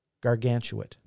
gargantuan